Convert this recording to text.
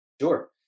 Sure